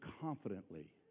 confidently